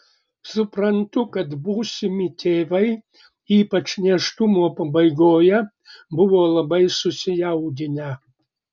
suprantu kad būsimi tėvai ypač nėštumo pabaigoje buvo labai susijaudinę